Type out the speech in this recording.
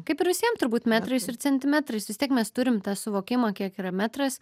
kaip ir visiem turbūt metrais ir centimetrais vis tiek mes turim tą suvokimą kiek yra metras